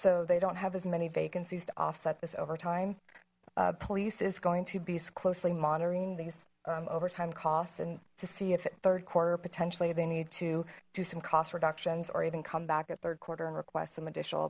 so they don't have as many vacancies to offset this overtime police is going to be closely monitoring these overtime costs and to see if it third quarter potentially they need to do some cost reductions or even come back at third quarter and request some additional